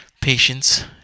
patience